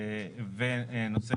ובנושא